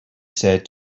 said